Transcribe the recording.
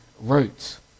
roots